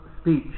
speech